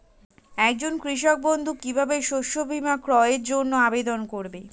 একজন কৃষক বন্ধু কিভাবে শস্য বীমার ক্রয়ের জন্যজন্য আবেদন করবে?